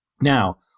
Now